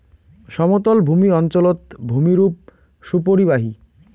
সমতলভূমি অঞ্চলত ভূমিরূপ সুপরিবাহী